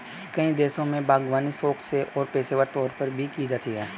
कई देशों में बागवानी शौक से और पेशेवर तौर पर भी की जाती है